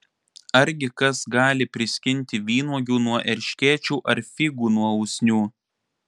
argi kas gali priskinti vynuogių nuo erškėčių ar figų nuo usnių